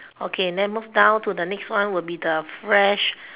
okay then move down to the next one will be the fresh